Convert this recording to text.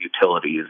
utilities